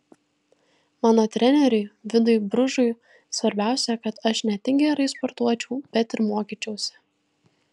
mano treneriui vidui bružui svarbiausia kad aš ne tik gerai sportuočiau bet ir mokyčiausi